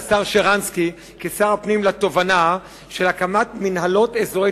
שרנסקי כשר הפנים לתובנה של הקמת מינהלות אזורי